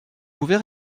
pouvez